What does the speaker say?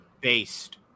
Based